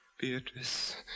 Beatrice